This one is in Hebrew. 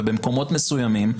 ובמקומות מסוימים,